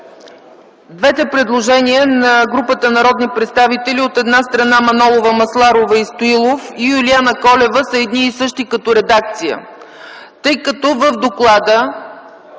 двете предложения на групата народни представители, от една страна – Манолова, Масларова и Стоилов, и Юлиана Колева, са едни и същи като редакция. Тъй като в доклада